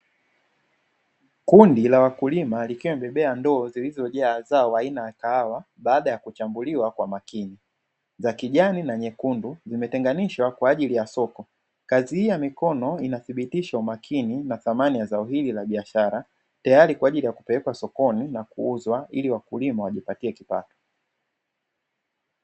Kundi la wakulima likiwa wamebebea ndoo zilizojaa zao aina ya kahawa baada ya kuchambuliwa kwa makini za kijani na nyekundu zimetengenishwa kwa ajili ya soko, kazi hii ya mikono inathibitisha umakini na thamani ya zao hili la biashara tayari kwa kupelekwa sokoni na kuuzwa ili wakulima wajipatie kipato.